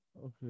Okay